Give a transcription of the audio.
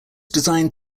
designed